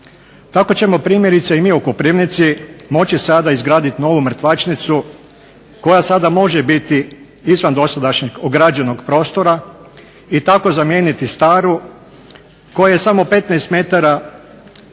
Tako ćemo primjerice i mi u Koprivnici moći sada izgraditi novu mrtvačnicu koja sada može biti izvan dosadašnjeg ograđenog prostora i tako zamijeniti staru koja je samo 15m od magistralne